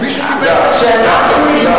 מי שקיבל את הכסף,